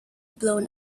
blown